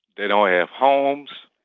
they don't have homes.